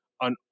on